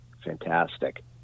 fantastic